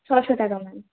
ছয়শো টাকা ম্যাম